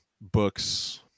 books